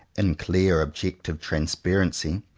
in clear objective transparency,